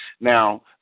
now